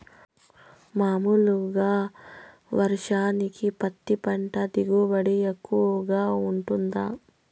మామూలుగా వర్షానికి పత్తి పంట దిగుబడి ఎక్కువగా గా వుంటుందా?